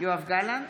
יואב גלנט,